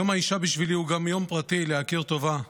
יום האישה בשבילי הוא גם יום פרטי להכיר טובה.